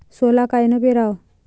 सोला कायनं पेराव?